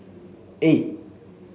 eight